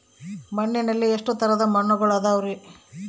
ಮಣ್ಣಿನಲ್ಲಿ ಎಷ್ಟು ತರದ ಮಣ್ಣುಗಳ ಅದವರಿ?